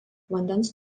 vandens